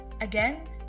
Again